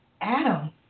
Adam